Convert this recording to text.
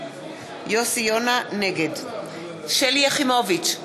נגד שלי יחימוביץ,